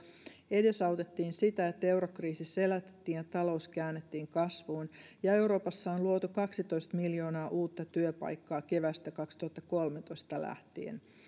edesautettiin sitä että eurokriisi selätettiin ja talous käännettiin kasvuun ja euroopassa on luotu kaksitoista miljoonaa uutta työpaikkaa keväästä kaksituhattakolmetoista lähtien